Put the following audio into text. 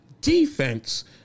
defense